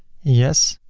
yes.